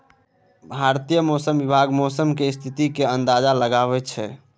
भारतीय मौसम विभाग मौसम केर स्थितिक अंदाज लगबै छै